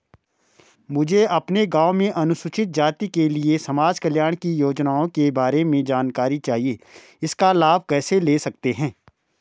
मुझे अपने गाँव में अनुसूचित जाति के लिए समाज कल्याण की योजनाओं के बारे में जानकारी चाहिए इसका लाभ कैसे ले सकते हैं?